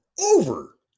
over